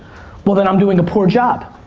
well then, i'm doing a poor job.